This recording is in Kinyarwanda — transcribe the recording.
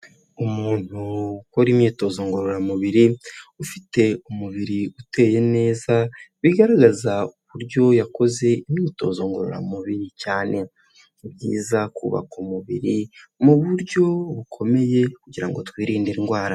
Umuntu ukora imyitozo ngororamubiri ufite umubiri uteye neza bigaragaza uburyo yakoze imyitozo ngororamubiri cyane. Ni byiza kubaka umubiri mu buryo bukomeye kugira ngo twirinde indwara.